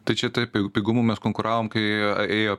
tai čia taip pigumu mes konkuravom kai ėjo